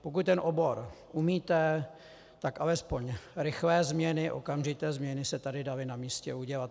Pokud ten obor umíte, tak alespoň rychlé změny, okamžité změny se tady daly na místě udělat.